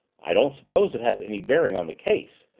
i don't suppose it has any bearing on the case,